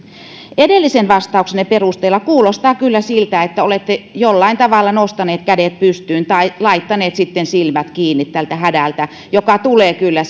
edellisen vastauksenne perusteella kuulostaa kyllä siltä että olette jollain tavalla nostaneet kädet pystyyn tai laittaneet silmät kiinni tältä hädältä joka tulee kyllä